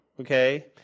okay